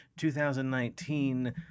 2019